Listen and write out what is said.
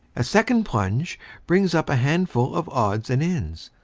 a second plunge brings up a handful of odds and ends,